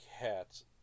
Cats